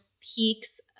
peaks